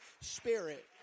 spirit